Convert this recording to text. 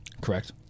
Correct